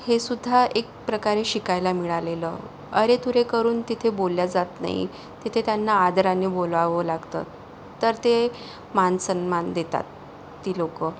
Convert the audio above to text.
हे सुद्धा एक प्रकारे शिकायला मिळालेलं अरे तुरे करून तिथे बोललं जात नाही तिथे त्यांना आदराने बोलावं लागतं तर ते मानसन्मान देतात ती लोकं